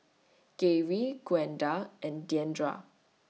Garey Gwenda and Diandra